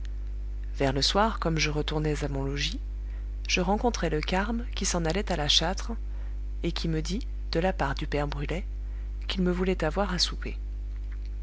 vers le soir comme je retournais à mon logis je rencontrai le carme qui s'en allait à la châtre et qui me dit de la part du père brulet qu'il me voulait avoir à souper